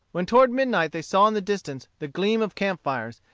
when toward midnight they saw in the distance the gleam of camp-fires,